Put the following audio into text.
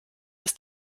ist